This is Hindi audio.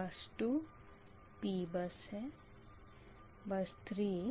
बस 2 P बस है बस 3